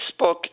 Facebook